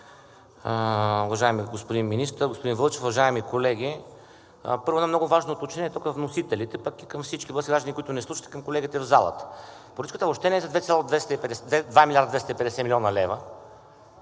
Уважаеми господин Министър, господин Вълчев, уважаеми колеги! Първо, едно много важно уточнение тук към вносителите, а пък и към всички български граждани, които ни слушат, и към колегите в залата. Поръчката въобще не е за 2 млрд. 250 млн. лв.,